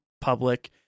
public